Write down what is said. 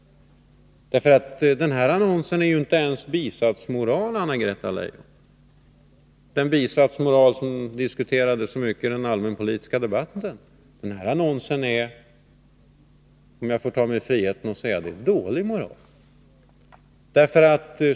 Det räcker inte med att säga att den annonsen är ett uttryck för bisatsmoral, Anna-Greta Leijon, den bisatsmoral som diskuterades så mycket i den allmänpolitiska debatten. Den här annonsen är, om jag får ta mig friheten att säga det, exempel på dålig moral.